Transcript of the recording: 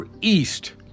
east